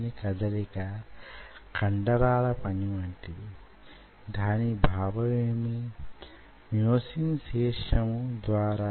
ఈ మ్యో ట్యూబ్లు కండరాల యొక్క అత్యంత సూక్ష్మమైన భాగాలు